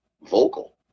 vocal